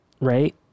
right